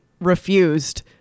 refused